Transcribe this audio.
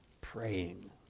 praying